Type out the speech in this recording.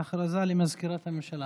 הודעה לסגנית מזכירת הכנסת.